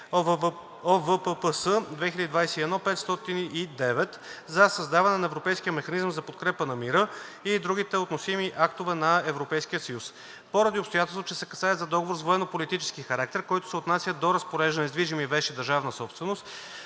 ОВППС 2021/509 за създаване на Европейския механизъм за подкрепа на мира и другите относими актове на Европейския съюз. Поради обстоятелството, че се касае за договор с военно-политически характер, който се отнася до разпореждане с движими вещи държавна собственост,